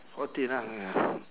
fourteen ah